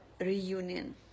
reunion